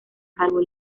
calvo